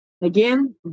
Again